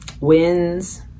wins